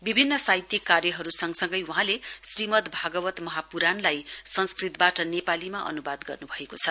विभिन्न साहित्यक कार्यहरुसँगसँगै वहाँले श्रीमद भागवत महाप्राणलाई संस्कृतबाट नेपालीमा अन्वाद गर्न्भएको छ